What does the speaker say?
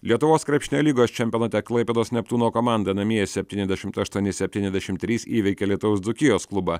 lietuvos krepšinio lygos čempionate klaipėdos neptūno komanda namie septyniasdešimt aštuoni septyniasdešimt trys įveikė alytaus dzūkijos klubą